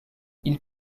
ils